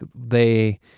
they-